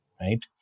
right